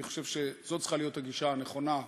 אני חושב שזו צריכה להיות הגישה הנכונה,